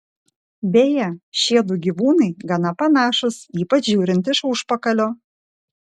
beje šiedu gyvūnai gana panašūs ypač žiūrint iš užpakalio